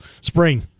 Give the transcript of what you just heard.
spring